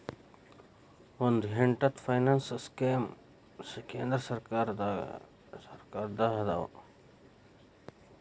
ಒಂದ್ ಎಂಟತ್ತು finance scheme ಕೇಂದ್ರ ಸರ್ಕಾರದ್ದ ಅದಾವ